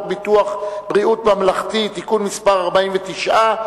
ביטוח בריאות ממלכתי (תיקון מס' 49),